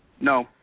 No